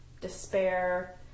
despair